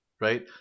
right